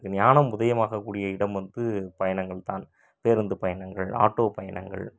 எனக்கு ஞானம் உதயமாகக்கூடிய இடம் வந்து பயணங்கள் தான் பேருந்து பயணங்கள் ஆட்டோ பயணங்கள்